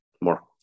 more